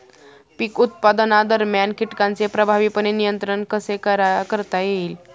पीक उत्पादनादरम्यान कीटकांचे प्रभावीपणे नियंत्रण कसे करता येईल?